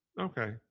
Okay